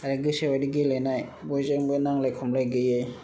आरो गोसो बायदि गेलेनाय बयजोंबो नांलाय खमलाय गैयै